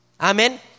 Amen